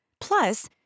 Plus